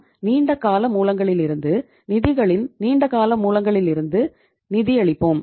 நாம் நீண்ட கால மூலங்களிலிருந்து நிதிகளின் நீண்ட கால மூலங்களிலிருந்து நிதியளிப்போம்